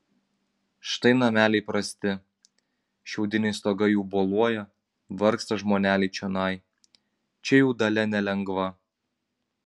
štai nameliai prasti šiaudiniai stogai jų boluoja vargsta žmoneliai čionai čia jų dalia nelengva